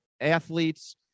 athletes